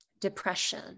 depression